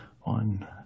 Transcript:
One